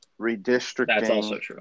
redistricting